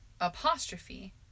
apostrophe